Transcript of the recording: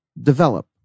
develop